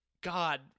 God